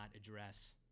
address